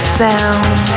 sound